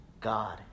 God